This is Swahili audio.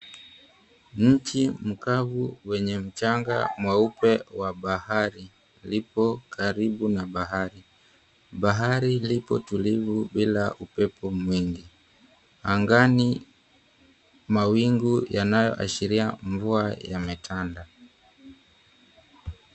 Mti mkavu wenye mchanga mweupe wa bahari, lipo karibu na bahari, bahari lipo tulivu bila upepo mwingi, angani mawingu yanayo ashiria mvua yametanda.